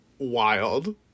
wild